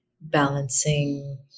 balancing